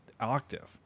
octave